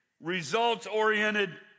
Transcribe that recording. results-oriented